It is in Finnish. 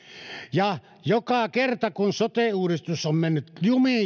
ja joka kerta kun sote uudistus on mennyt jumiin